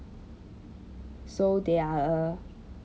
so they are a